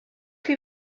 chi